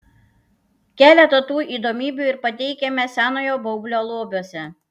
keletą tų įdomybių ir pateikiame senojo baublio lobiuose